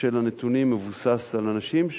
של הנתונים מבוסס על אנשים,